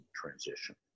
transition